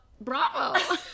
Bravo